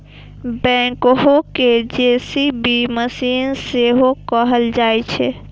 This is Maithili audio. बैकहो कें जे.सी.बी मशीन सेहो कहल जाइ छै